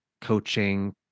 coaching